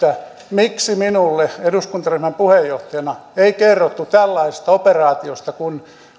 miksi minulle eduskuntaryhmän puheenjohtajana ei kerrottu tällaisesta operaatiosta kun